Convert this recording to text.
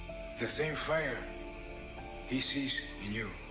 the same fire he sees in you.